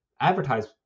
advertise